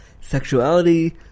sexuality